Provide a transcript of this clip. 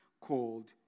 called